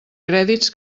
crèdits